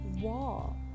wall